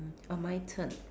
orh my turn